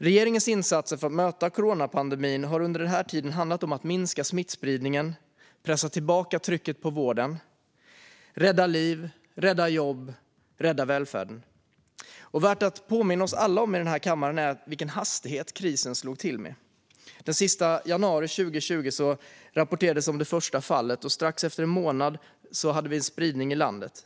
Regeringens insatser för att möta coronapandemin har under den här tiden handlat om att minska smittspridningen, pressa tillbaka trycket på vården, rädda liv, rädda jobb och rädda välfärden. Värt att påminna oss alla i den här kammaren om är vilken hastighet krisen slog till med. Den 31 januari 2020 rapporterades det första fallet, och efter lite mer än en månad hade vi en spridning i landet.